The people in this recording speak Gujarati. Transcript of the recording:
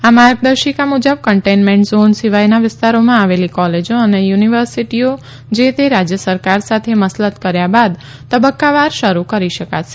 આ માર્ગદર્શિકા મુજબ કન્ટેન્ટમેન્ટ ઝોન સિવાયનાં વિસ્તારોમાં આવેલી કોલેજો અને યુનિવર્સિટીઓ જેતે રાજ્ય સરકારે સાથે મસલત કર્યા બાદ તબક્કાવાર શરૂ કરી શકાશે